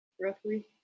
roughly